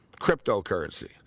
cryptocurrency